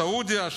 סעודיה,